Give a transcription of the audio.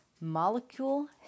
Molecule